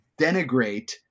denigrate